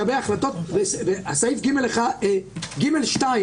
בהחלטה פרטנית, והסבירות הרבה יותר